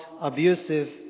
abusive